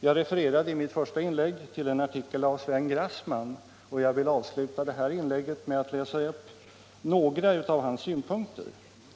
Jag refererade i mitt första inlägg till en artikel av Sven Grassman, och jag vill avsluta detta inlägg med att läsa upp några av hans synpunkter.